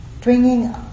bringing